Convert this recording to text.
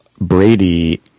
Brady